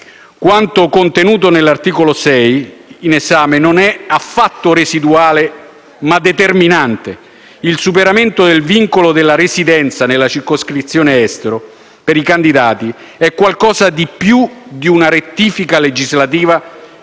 Quanto contenuto nell'articolo 6 del disegno di legge in esame non è affatto residuale, ma determinante. Il superamento del vincolo della residenza nella circoscrizione estero per i candidati è qualcosa di più di una rettifica legislativa